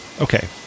Okay